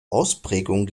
ausprägung